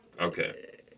Okay